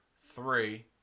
three